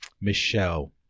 Michelle